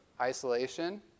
isolation